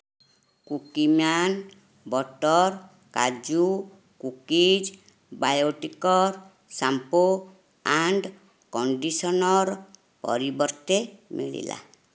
Cookieman butter କାଜୁ cookies ବାୟୋଟିକ୍ର shampoo and conditioner ପରିବର୍ତ୍ତେ ମିଳିଲା